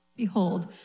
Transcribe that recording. Behold